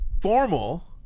Formal